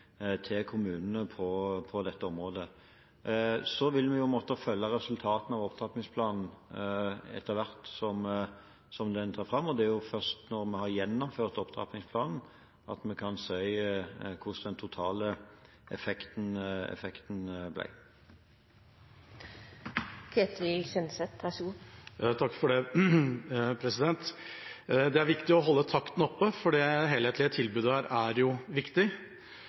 til kommunene på dette området. Så vil vi måtte følge resultatene av opptrappingsplanen etter hvert som den trer fram, og det er først når vi har gjennomført opptrappingsplanen at vi kan si hvordan den totale effekten ble. Det er viktig å holde takten oppe, for det helhetlige tilbudet er viktig. I en rapport fra Oslo Economics fra 2014 vises det